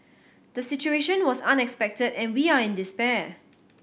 the situation was unexpected and we are in despair